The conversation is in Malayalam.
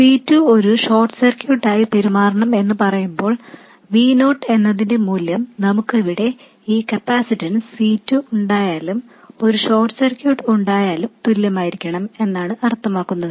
C2 ഒരു ഷോർട്ട് സർക്യൂട്ടായി പെരുമാറണം എന്ന് നമ്മൾ പറയുമ്പോൾ V നോട്ട് എന്നതിന്റെ മൂല്യം നമുക്ക് ഇവിടെ ഈ കപ്പാസിറ്റൻസ് C2 ഉണ്ടായാലും ഒരു ഷോർട്ട് സർക്യൂട്ട് ഉണ്ടായാലും തുല്യമായിരിക്കണം എന്നാണ് അർത്ഥമാക്കുന്നത്